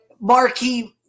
marquee